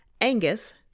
Angus